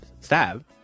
stab